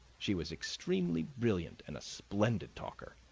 she was extremely brilliant and a splendid talker.